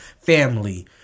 family